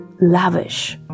lavish